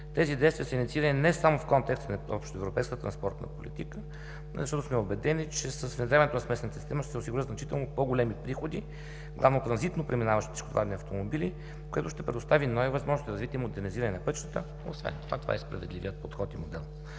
Тези действия са инициирани не само в контекста на общоевропейската транспортна политика, защото сме убедени, че с внедряването на смесената система ще се осигури значително по-големи приходи главно от транзитно преминаващите тежкотоварни автомобили, което ще предостави възможност за развитие и модернизиране на пътищата. Освен това, това е най-справедливият подход и модел.